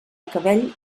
cabell